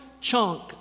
chunk